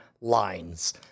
lines